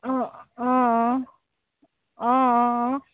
অঁ অঁ অঁ অঁ অঁ